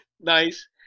Nice